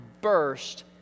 burst